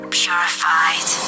purified